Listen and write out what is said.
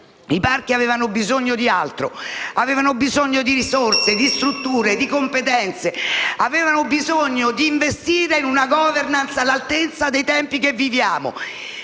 i parchi avevano bisogno di altro, ovvero di risorse, di strutture, di competenze e di investire in una *governance* all'altezza dei tempi che viviamo.